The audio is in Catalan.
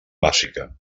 bàsica